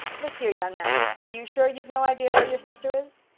look here, young man, are you sure you've no idea where your sister is?